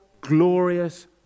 glorious